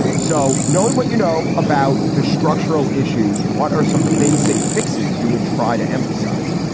so knowing what you know about the structural issues, what are some basic fixes you would try to emphasize?